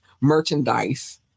merchandise